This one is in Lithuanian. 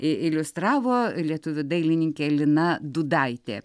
iliustravo lietuvių dailininkė lina dūdaitė